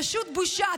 פשוט בושה.